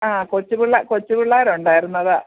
ആ കൊച്ചു പിള്ള കൊച്ചു പിള്ളേർ ഉണ്ടായിരുന്നു അതാ